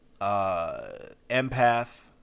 Empath